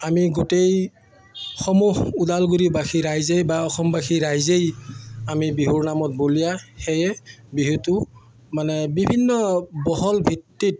আমি গোটেই সমূহ ওদালগুৰিবাসী ৰাইজে বা অসমবাসী ৰাইজেই আমি বিহুৰ নামত বলিয়া সেয়ে বিহুটো মানে বিভিন্ন বহল ভিত্তিত